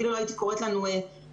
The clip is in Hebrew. אפילו לא הייתי קוראת לנו עסקים.